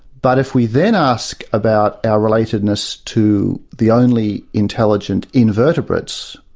but if we then ask about our relatedness to the only intelligent invertebrates,